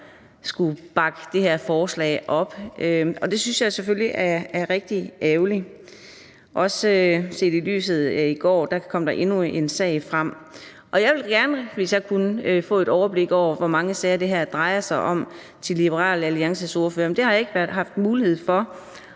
skulle bakke det her forslag op, og det synes jeg selvfølgelig er rigtig ærgerligt – også set i lyset af at der i går kom endnu en sag frem. Jeg ville gerne kunne komme med et overblik over, hvor mange sager det her drejer sig om, til Liberal Alliances ordfører, men det har jeg ikke haft mulighed for.